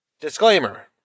Disclaimer